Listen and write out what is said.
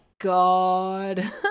God